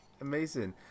Amazing